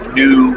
new